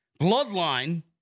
Bloodline